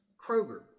Kroger